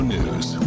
News